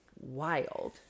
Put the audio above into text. wild